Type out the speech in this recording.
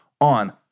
on